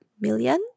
million